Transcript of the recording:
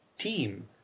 team